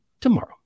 tomorrow